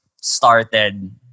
started